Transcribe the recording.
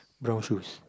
brown shoes